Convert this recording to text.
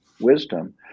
wisdom